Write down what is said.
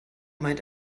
meint